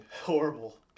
horrible